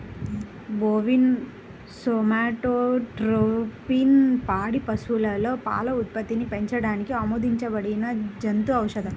bovine somatotropin పాడి ఆవులలో పాల ఉత్పత్తిని పెంచడానికి ఆమోదించబడిన జంతు ఔషధం